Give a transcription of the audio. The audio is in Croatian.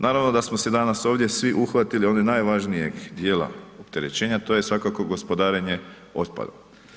Naravno da smo se danas ovdje svi uhvatili onog najvažnijeg dijela opterećenja to je svakako gospodarenje otpadom.